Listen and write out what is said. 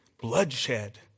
bloodshed